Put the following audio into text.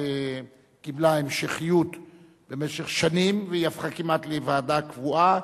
וקיבלה המשכיות למשך שנים והיא הפכה כמעט לוועדה קבועה.